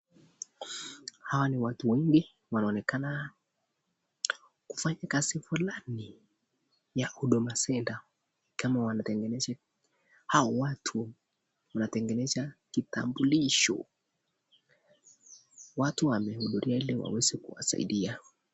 Hawa ni watu wengi wanaonekana kufanya kazi fulani ya Huduma Center kama wanatengeneza. Hao watu wanatengeneza kitambulisho. Watu wamehudhuria ili waweze kuwasaidia.